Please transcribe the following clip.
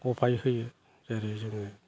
अपाय होयो जेरै जोङो